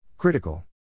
Critical